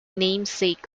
namesake